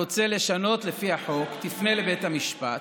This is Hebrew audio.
לפי החוק תפנה לבית המשפט,